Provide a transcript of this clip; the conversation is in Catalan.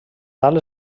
tal